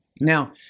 Now